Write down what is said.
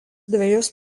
dvejus